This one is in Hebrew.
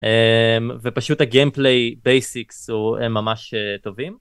ופשוט הגיימפליי בייסיקס הם ממש טובים